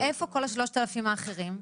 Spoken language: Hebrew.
איפה כל ה-3,000 האחרים?